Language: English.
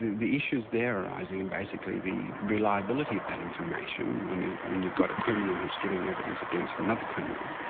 the issues there arising are and basically the reliability of that information when you've when you've got a criminal who's giving evidence against another criminal.